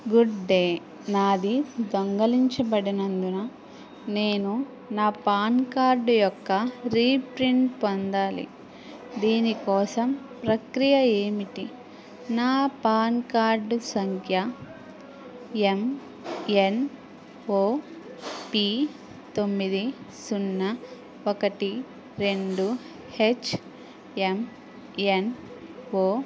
good day నాది దొంగిలించబడినందున నేను నా పాన్ కార్డు యొక్క రీప్రింట్ పొందాలి దీని కోసం ప్రక్రియ ఏమిటి నా పాన్ కార్డ్ సంఖ్య ఎమ్ ఎన్ ఓ పీ తొమ్మిది సున్నా ఒకటి రెండు హెచ్ ఎమ్ ఎన్ ఓ